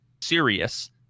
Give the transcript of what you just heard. serious